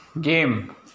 game